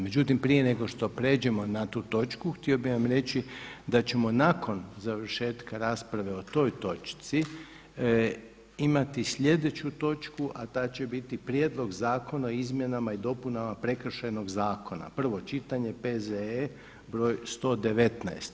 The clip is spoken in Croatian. Međutim, prije nego što prijeđemo na tu točku htio bih vam reći da ćemo nakon završetka rasprave o toj točci imati sljedeću točku, a ta će biti Prijedlog zakona o izmjenama i dopunama Prekršajnog zakona, prvo čitanje, P.Z.E. br. 119.